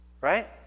Right